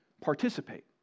participate